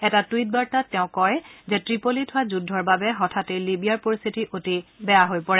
এটা টুইট বাৰ্তাত তেওঁ কয় যে ট্ৰিপলিত হোৱা যুদ্ধৰ বাবে হঠাতেই লিবিয়াৰ পৰিশ্বিতি অতি বেয়া হৈ পৰে